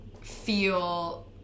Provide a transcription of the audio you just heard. feel